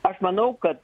aš manau kad